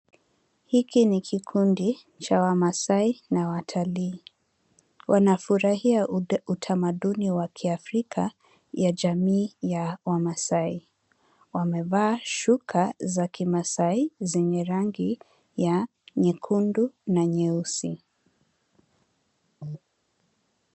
Hiki ni kikundi cha wamasai na watalii. Wanafurahia utamaduni wa kiafrika ya jamii ya wamasai. Wamevaa shuka za kimasai zenye rangi ya nyekundu na nyeusi.